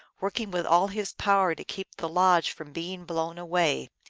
working with all his power to keep the lodge from being blown away.